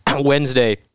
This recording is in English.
Wednesday